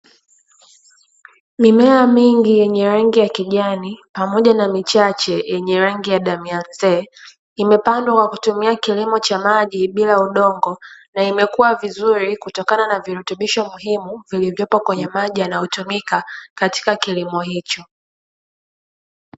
Mimea mingi yenye rangi ya kijani pamoja na michache yenye rangi ya damu ya mzee, imepandwa kwa kutumia kilimo cha maji bila udongo, na imekua vizuri kutokana na virutubisho muhimu vilivyopo kwenye maji yanayotumika katika kilimo hicho.